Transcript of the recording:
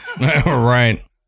Right